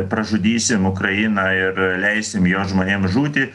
pražudysim ukrainą ir leisim jos žmonėm žūti